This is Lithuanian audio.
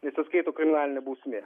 nesiskaito kriminalinė bausmė